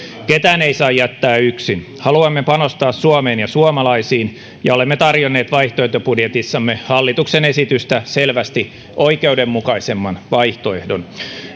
ketään ei saa jättää yksin haluamme panostaa suomeen ja suomalaisiin ja olemme tarjonneet vaihtoehtobudjetissamme hallituksen esitystä selvästi oikeudenmukaisemman vaihtoehdon